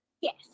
Yes